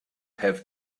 have